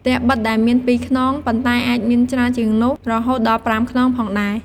ផ្ទះប៉ិតដែលមានពីរខ្នង ប៉ុន្តែអាចមានច្រើនជាងនោះរហូតដល់ប្រាំខ្នងផងដែរ។